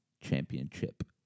championship